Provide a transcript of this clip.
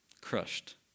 crushed